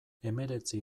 hemeretzi